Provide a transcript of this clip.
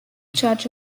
judge